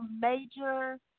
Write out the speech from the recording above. major